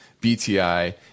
BTI